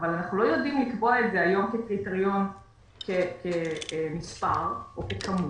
אבל אנחנו לא יודעים לקבוע את זה היום כקריטריון נספר או ככמות,